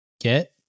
get